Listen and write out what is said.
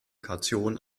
kaution